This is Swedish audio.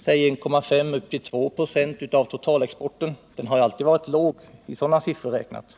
1,5 och upp till 2 96 av den totala exporten — den har alltid varit liten, i sådana siffror räknat.